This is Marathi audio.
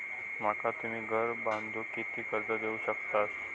माका तुम्ही घर बांधूक किती कर्ज देवू शकतास?